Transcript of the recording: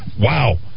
Wow